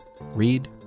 Read